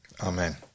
Amen